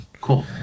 cool